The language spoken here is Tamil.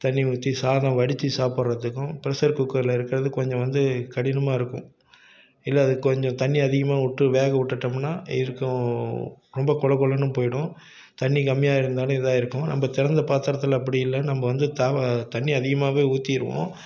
தண்ணி ஊற்றி சாதம் வடித்து சாப்பிட்றதுக்கும் பெரஷர் குக்கரில் இருக்கிறது கொஞ்சம் வந்து கடினமாக இருக்கும் இல்லை அதுக்கு கொஞ்சம் தண்ணி அதிகமாக விட்டு வேக விட்டுட்டோமுன்னா இருக்கும் ரொம்ப குழ குழன்னு போய்விடும் தண்ணி கம்மியாக இருந்தாலும் இதாகிருக்கும் நம்ம திறந்த பாத்திரத்தில் அப்படி இல்லை நம்ம வந்து தாவ தண்ணி அதிகமாகவே ஊற்றிருவோம்